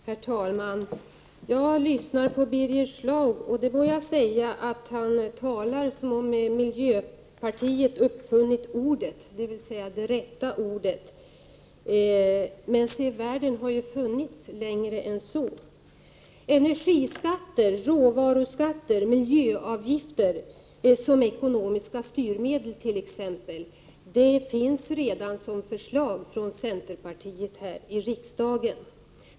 Herr talman! Jag har lyssnat på Birger Schlaug, och jag må säga: han talar som om miljöpartiet uppfunnit ordet, dvs. det rätta ordet. Men världen har ju funnits längre än så. Energiskatter, råvaruskatter, miljöavgifter som ekonomiska styrmedel t.ex. finns redan som förslag från centerpartiet här i riksdagen.